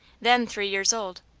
then three years old,